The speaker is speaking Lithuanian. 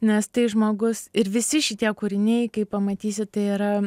nes tai žmogus ir visi šitie kūriniai kaip pamatysit tai yra